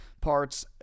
parts